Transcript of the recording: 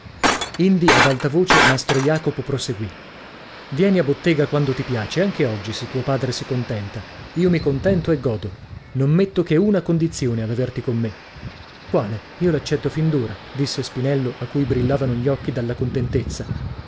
aiuto indi ad alta voce mastro jacopo proseguì vieni a bottega quando ti piace anche oggi se tuo padre si contenta io mi contento e godo non metto che una condizione ad averti con me quale io l'accetto fin d'ora disse spinello a cui brillavano gli occhi dalla contentezza